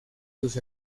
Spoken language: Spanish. sus